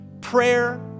Prayer